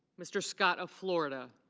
mr. scott of florida.